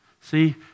See